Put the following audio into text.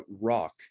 rock